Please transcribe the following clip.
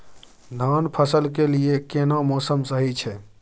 धान फसल के लिये केना मौसम सही छै?